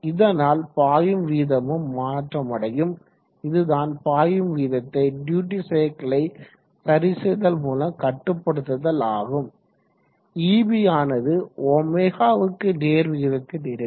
இதனால் பாயும் வீதமும் மாற்றமடையும் இதுதான் பாயும் வீதத்தை டியூட்டி சைக்கிளை சரிசெய்தல் மூலம் கட்டுப்படுத்துவது ஆகும் eb ஆனது ω க்கு நேர் விகிதத்தில் இருக்கும்